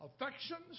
affections